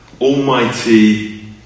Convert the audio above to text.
almighty